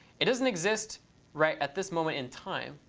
it doesn't exist right at this moment in time,